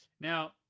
Now